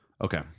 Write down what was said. Okay